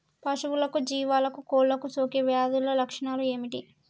పశువులకు జీవాలకు కోళ్ళకు సోకే వ్యాధుల లక్షణాలు ఏమిటి?